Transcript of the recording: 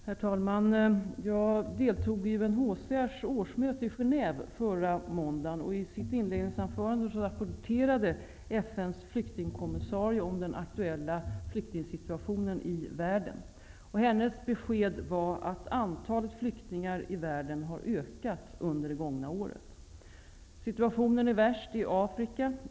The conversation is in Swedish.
Herr talman! Jag deltog i UNHCR:s årsmöte i Genève förra måndagen. I sitt inledningsanförande rapporterade FN:s flyktingkommissarie om den aktuella flyktingsituationen i världen. Hennes besked var att antalet flyktingar i världen har ökat under det gångna året. Situationen är värst i Afrika.